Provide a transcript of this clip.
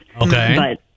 Okay